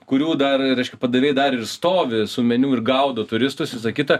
kurių dar reiškia padavėjai dar ir stovi su meniu ir gaudo turistus visa kita